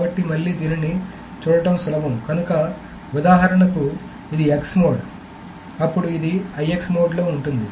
కాబట్టి మళ్లీ దీనిని చూడటం సులభం కనుక ఉదాహరణకు ఇది X మోడ్ అప్పుడు ఇది IX మోడ్లో ఉంటుంది